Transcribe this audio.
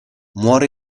muore